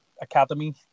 Academy